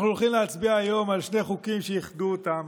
אנחנו הולכים להצביע היום על שני חוקים שאיחדו אותם: